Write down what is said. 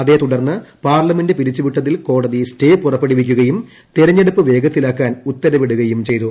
അതേ തുടർന്ന് പാർലമെന്റ് പിരിച്ചുവിട്ടതിൽ കോടതി സ്റ്റേ ക്ട് പുറപ്പെടുവിക്കുകയും തെരഞ്ഞെടുപ്പ് വേഗത്തിലാക്കാൻ ഉത്തൂർപിടുകയും ചെയ്തു